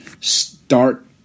start